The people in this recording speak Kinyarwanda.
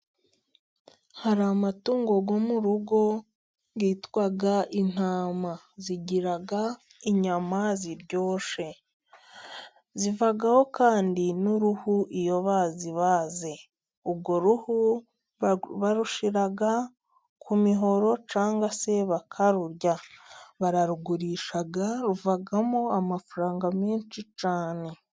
Hari amatungo yo mu rugo yitwa intama, zigira inyama ziryoshe zivaho kandi n'uruhu iyo bazibaze, urwo ruhu barushyira ku mihoro cyangwa se bakarurya, bararugurisha ruvamo amafaranga menshi cyane.